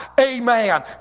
amen